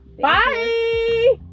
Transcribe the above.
Bye